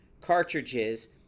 cartridges